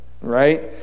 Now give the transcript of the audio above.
right